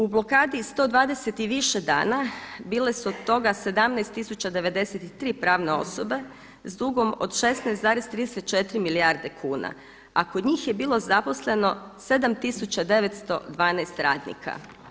U blokadi 120 i više dana bile su od toga 17093 pravne osobe s dugom od 16,34 milijarde kuna, a kod njih je bilo zaposleno 7912 radnika.